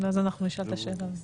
ואז אנחנו נשאל את השאלה.